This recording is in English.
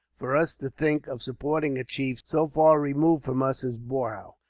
for us to think of supporting a chief so far removed from us as boorhau.